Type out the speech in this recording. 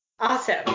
Awesome